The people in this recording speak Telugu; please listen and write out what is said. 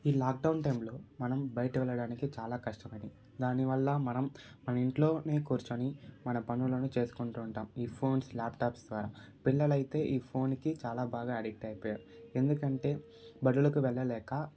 ఈ లాక్డౌన్ టైంలో మనం బయట వెళ్ళడానికి చాలా కష్టపడ్డాం దానివల్ల మనం మన ఇంట్లోనే కూర్చొని మన పనులని చేసుకుంటు ఉంటాం ఈ ఫోన్స్ ల్యాప్టాప్ ద్వారా పిల్లలైతే ఈ ఫోన్కి చాలా బాగా అడిక్ట్ అయిపోయారు ఎందుకంటే బళ్ళకు వెళ్ళలేక